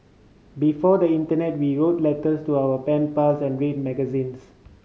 before the internet we wrote letters to our pen pals and read magazines